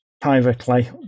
privately